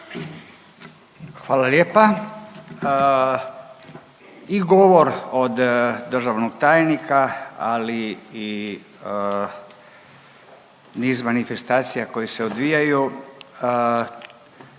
Hvala lijepa. I govor od državnog tajnika, ali i niz manifestacija koje se odvijaju